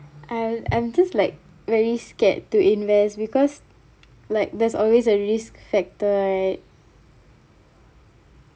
I uh I'm just like very scared to invest because like there's always a risk factor right